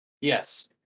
Yes